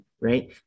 right